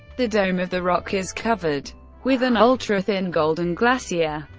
the dome of the rock is covered with an ultra-thin golden glassier.